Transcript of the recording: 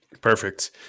Perfect